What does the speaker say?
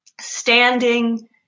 standing